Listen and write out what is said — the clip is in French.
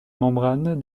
membrane